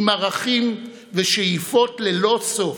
עם ערכים ושאיפות ללא סוף.